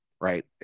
right